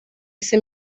ese